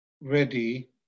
ready